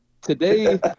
Today